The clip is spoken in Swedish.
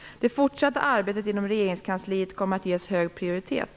Det fortsatta arbetet inom regeringskansliet kommer att ges hög prioritet.